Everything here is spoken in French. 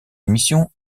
émissions